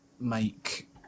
make